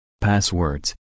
passwords